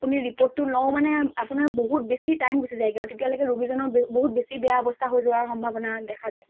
আপুনি ৰিপ'ৰ্টটো লওঁ মানে আপোনাৰ বহুত বেছি টাইম গুছি যায়গৈ আৰু তেতিয়ালৈকে মানে ৰোগীজনৰ বে বহুত বেছি বেয়া অৱস্থা হৈ যোৱাৰ সম্ভাৱনা দেখা যায়